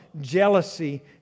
jealousy